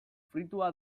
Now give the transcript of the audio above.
fruitua